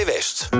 West